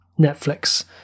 Netflix